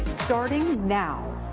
starting now,